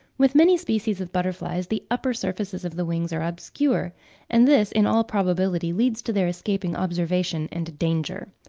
with many species of butterflies the upper surfaces of the wings are obscure and this in all probability leads to their escaping observation and danger.